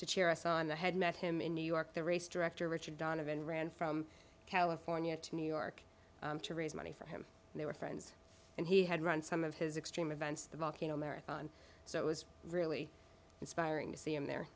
to cheer us on the head met him in new york the race director richard donovan ran from california to new york to raise money for him and they were friends and he had run some of his extreme events the volcano marathon so it was really inspiring to see him the